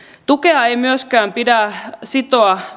tukea ei myöskään pidä sitoa